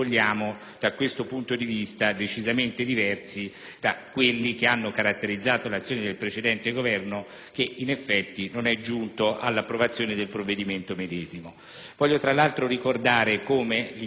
da quelli che hanno caratterizzato l'azione del precedente Governo, che non è giunto all'approvazione del provvedimento medesimo. Voglio tra l'altro ricordare come l'impianto del provvedimento che oggi è sottoposto all'esame dell'Aula